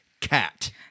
cat